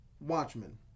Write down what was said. Watchmen